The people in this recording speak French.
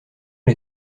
les